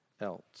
else